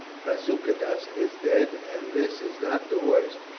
prasutagus is dead and this is not the worst,